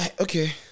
Okay